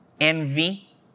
envy